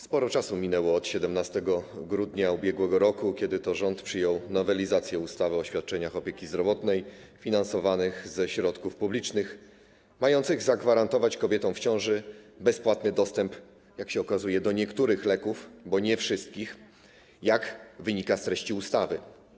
Sporo czasu minęło od 17 grudnia ub.r., kiedy to rząd przyjął nowelizację ustawy o świadczeniach opieki zdrowotnej finansowanych ze środków publicznych, mającą zagwarantować kobietom w ciąży bezpłatny dostęp, jak się okazuje, do niektórych leków, bo nie wszystkich, jak wynika z treści ustawy.